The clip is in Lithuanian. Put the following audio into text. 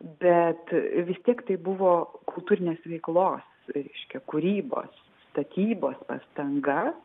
bet vis tiek tai buvo kultūrinės veiklos reiškia kūrybos statybos pastanga